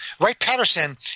Wright-Patterson